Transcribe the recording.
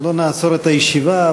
לא נעצור את הישיבה,